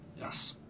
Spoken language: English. Yes